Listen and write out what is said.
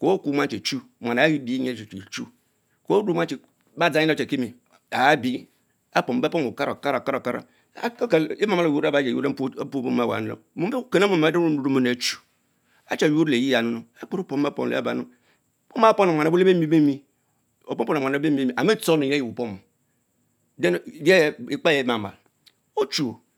keho kao mun cem, bumman ach bierjén ayie ne Chie chore, madzure yemeya orrekini avch bie, beh komen olera, orkers- okan, emalmal oquoro Le-mpus omen owa lata, wikenemom arumo mmo achu allme yuor any leyeh yamu akpere pomu bepom abans, omaa pomle muan owen lee bemie benne, opom pom lemuan owch lebeie bemie an mie tohonianyin exee weh pome then, ekpayeh mamal oehui.